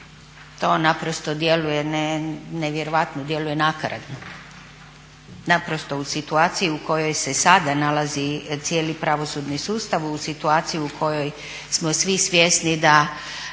To naprosto djeluje nevjerojatno, djeluje nakaradno. Naprosto u situaciji u kojoj se sada nalazi cijeli pravosudni sustav, u situaciji u kojoj smo svi svjesni da